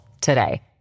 today